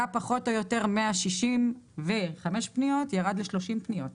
בהוט היו פחות או יותר 165 פניות, ירד ל-30 פניות.